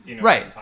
Right